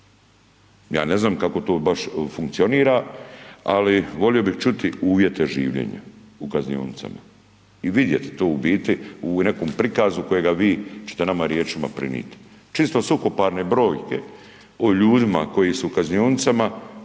Ja ne znam kako baš to funkcionira, ali volio bih čuti uvjete življenja u kaznionicama i vidjeti to u biti u nekom prikazu kojega vi ćete nama riječima prinijet. Čisto suhoparne brojke o ljudima koji su u kaznionicama apsolutno